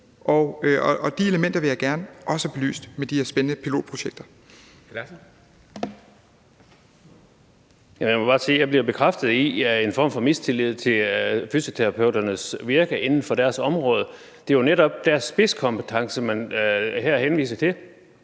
(KF): Jamen jeg må bare sige, at jeg bliver bekræftet i en form for mistillid til fysioterapeuternes virke inden for deres område. Det er jo netop deres spidskompetencer, man her henviser til.